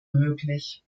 möglich